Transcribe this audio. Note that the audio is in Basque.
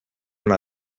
ona